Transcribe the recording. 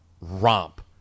romp